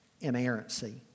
inerrancy